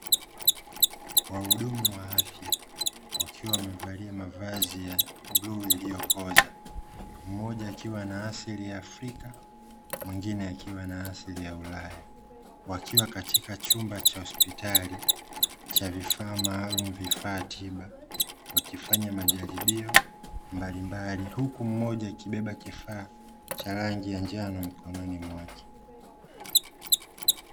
Wahudumu wa afya wakiwa wamevalia mavazi ya bluu iliyokoza, mmoja akiwa na asili ya Afrika, mwingine akiwa na asili ya Ulaya. Wakiwa katika chumba cha hospitali cha vifaa maalumu vifaa tiba wakifanya majaribio mbalimbali, huku mmoja akibeba kifaa cha rangi ya njano mkononi mwake.